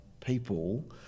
people